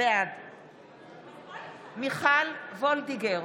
בעד מיכל וולדיגר,